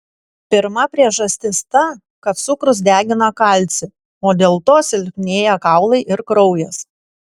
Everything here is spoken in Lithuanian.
pirma priežastis ta kad cukrus degina kalcį o dėl to silpnėja kaulai ir kraujas